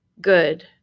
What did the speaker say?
good